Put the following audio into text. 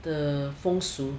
the 风俗